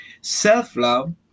self-love